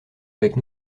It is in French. avec